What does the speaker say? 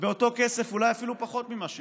באותו כסף ואולי אפילו בפחות ממה שהשקיעו.